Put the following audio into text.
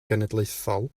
genedlaethol